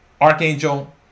Archangel